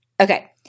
Okay